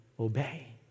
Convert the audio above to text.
Obey